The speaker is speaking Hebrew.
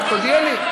רק תודיע לי.